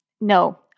No